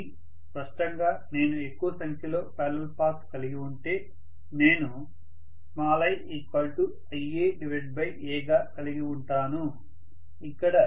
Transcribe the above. కాబట్టి స్పష్టంగా నేను ఎక్కువ సంఖ్యలో పారలల్ పాత్స్ కలిగి ఉంటే నేను iIaaగా కలిగి ఉంటాను